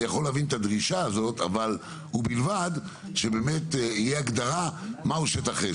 אני יכול להבין את הדרישה הזאת ובלבד שבאמת תהיה הגדרה מהו שטח אש.